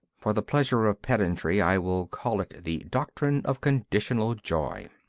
for the pleasure of pedantry i will call it the doctrine of conditional joy.